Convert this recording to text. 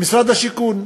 במשרד השיכון,